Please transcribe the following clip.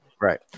Right